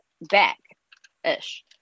back-ish